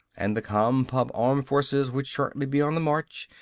and the compub armed forces would shortly be on the march,